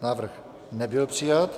Návrh nebyl přijat.